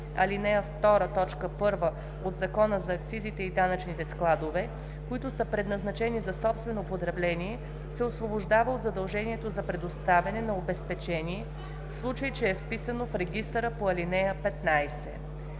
ал. 2, т. 1 от Закона за акцизите и данъчните складове, които са предназначени за собствено потребление, се освобождава от задължението за предоставяне на обезпечение, в случай че е вписано в регистъра по ал. 15.